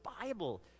bible